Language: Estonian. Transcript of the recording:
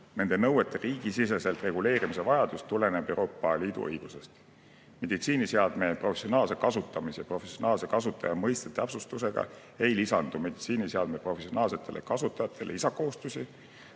Nende nõuete riigisisese reguleerimise vajadus tuleneb Euroopa Liidu õigusest. Meditsiiniseadme professionaalse kasutamise ja professionaalse kasutaja mõiste täpsustamisega ei lisandu meditsiiniseadme professionaalsetele kasutajatele lisakohustusi,